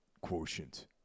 quotient